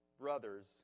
brothers